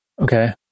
Okay